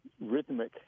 rhythmic